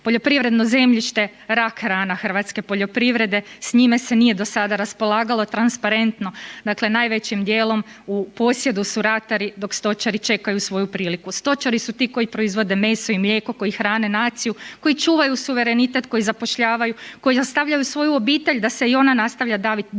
Poljoprivredno zemljište rak rana hrvatske poljoprivrede, s njime se nije do sada raspolagalo transparentno, dakle najvećim dijelom u posjedu su ratari, dok stočari čekaju svoju priliku. Stočari su ti koji proizvode meso i mlijeko, koji hrane naciju, koji čuvaju suverenitet, koji zapošljavaju, koji .../Govornik se ne razumije./... svoju obitelj da se i ona nastavlja dalje